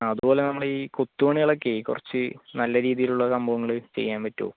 ആ അതുപോലെ നമ്മളെ ഈ കൊത്തുപണികളൊക്കെ കുറച്ച് നല്ല രീതിയിൽ ഉള്ള സംഭവങ്ങൾ ചെയ്യാൻ പറ്റുമോ